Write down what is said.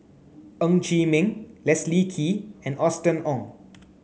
Ng Chee Meng Leslie Kee and Austen Ong